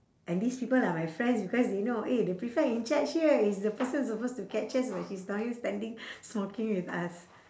and these people are my friends because they know eh the prefect in charge here is the person supposed to catch us but she's down here standing smoking with us